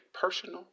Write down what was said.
personal